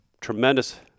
tremendous